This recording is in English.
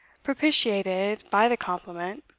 propitiated by the compliment,